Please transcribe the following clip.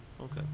Okay